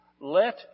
let